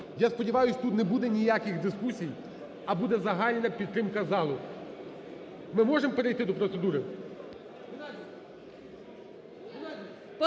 Я сподіваюсь, тут не буде ніяких дискусій, а буде загальна підтримка залу. Ми можемо перейти до процедури?